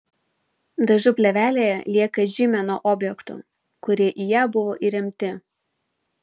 dažų plėvelėje lieka žymė nuo objektų kurie į ją buvo įremti